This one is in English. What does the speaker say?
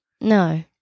no